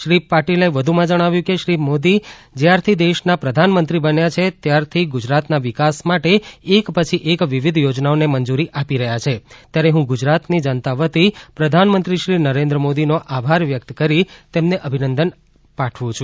શ્રી પાટીલે વધુમાં જણાવ્યું છે કે શ્રી નરેન્દ્ર મોદી જ્યારથી દેશના પ્રધાનમંત્રી બન્યા છે ત્યારથી ગુજરાતના વિકાસ માટે એક પછી એક વિવિધ યોજનાઓને મંજુરી આપી રહ્યા છે ત્યારે હ્ં ગુજરાતની જનતા વતી પ્રધાનમંત્રી શ્રી નરેન્દ્ર મોદીનો આભાર વ્યક્ત કરી તેમને અભિનંદન પાઠવું છું